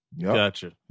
Gotcha